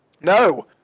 no